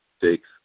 six